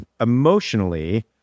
Emotionally